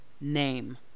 name